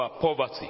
poverty